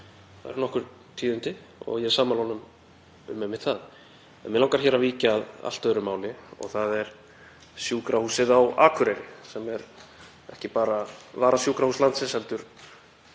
Það eru nokkur tíðindi og ég er einmitt sammála honum um það. En mig langar að víkja að allt öðru máli. Það er Sjúkrahúsið á Akureyri sem er ekki bara varasjúkrahús landsins heldur